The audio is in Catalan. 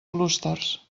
clústers